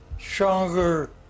stronger